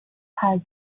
has